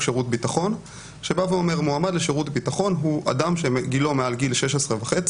שירות ביטחון שבא ואומר: מועמד לשירות ביטחון הוא אדם שגילו מעל גיל 16.5,